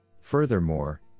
Furthermore